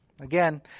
Again